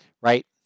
right